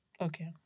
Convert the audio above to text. okay